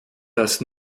das